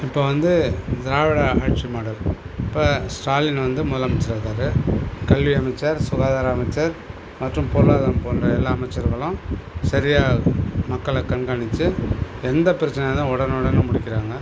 இப்போ வந்து திராவிட ஆட்சி மாடல் இப்போ ஸ்டாலின் வந்து முதலமைச்சராக இருக்கார் கல்வி அமைச்சர் சுகாதார அமைச்சர் மற்றும் பொருளாதாரம் போன்ற எல்லா அமைச்சர்களும் சரியாக மக்களை கண்காணிச்சு எந்தப் பிரச்சனையாக இருந்தாலும் உடனே உடனே முடிக்கிறாங்க